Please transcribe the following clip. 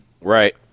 Right